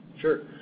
sure